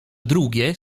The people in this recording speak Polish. drugie